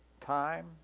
time